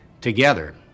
together